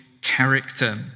character